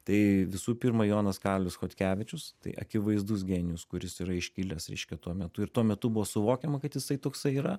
tai visų pirma jonas karolis chodkevičius tai akivaizdus genijus kuris yra iškilęs reiškia tuo metu ir tuo metu buvo suvokiama kad jisai toksai yra